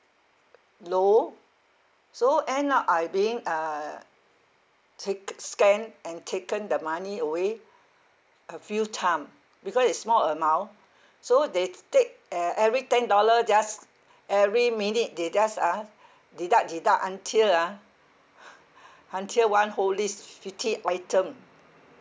low so end up I being uh take scammed and taken the money away a few time because is small amount so they take uh every ten dollar just every minute they just ah deduct deduct until ah until one whole list fifty item